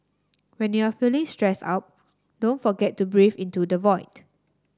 when you are feeling stressed out don't forget to breathe into the void